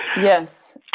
Yes